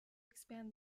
expand